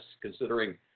considering